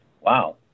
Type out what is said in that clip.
wow